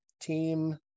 team